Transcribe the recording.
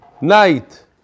night